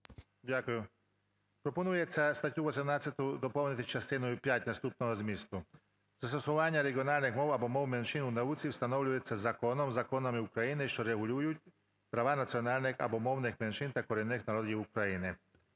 Дякую. Пропонується статтю 18 доповнити частиною п'ятою наступного змісту: "Застосування регіональних мов або мов меншин у науці встановлюються законом (законами) України, що регулюють права національних або мовних меншин та корінних народів України".